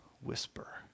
whisper